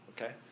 okay